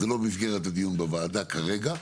זה לא במסגרת הדיון בוועדה כרגע.